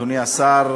אדוני השר,